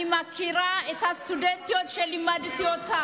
אני מכירה את הסטודנטיות שלימדתי.